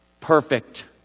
perfect